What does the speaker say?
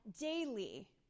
daily